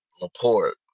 LaPorte